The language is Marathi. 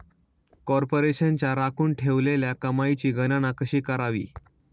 कॉर्पोरेशनच्या राखून ठेवलेल्या कमाईची गणना कशी करावी